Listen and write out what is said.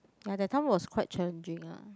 ya that time was quite challenging ah